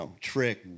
trick